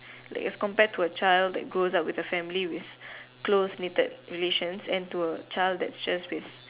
like as compared to a child that grows up with a family with close knitted relations and to a child that's just with